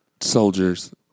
soldiers